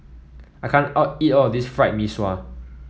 I can't out eat all of this Fried Mee Sua